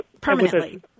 permanently